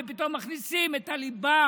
ופתאום מכניסים את הליבה,